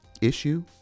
issue